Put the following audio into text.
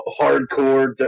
hardcore